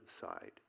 side